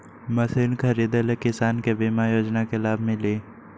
Machine खरीदे ले किसान के बीमा योजना के लाभ मिली?